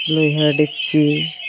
ᱞᱩᱭᱦᱟᱹ ᱰᱮᱠᱪᱤ